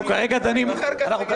אנחנו כרגע דנים --- אלו שתי שיטות.